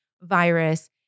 virus